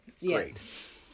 Yes